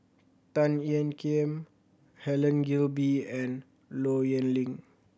Tan Ean Kiam Helen Gilbey and Low Yen Ling